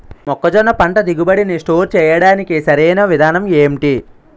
మొక్కజొన్న పంట దిగుబడి నీ స్టోర్ చేయడానికి సరియైన విధానం ఎంటి?